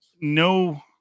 no